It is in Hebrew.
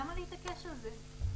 למה להתעקש על זה?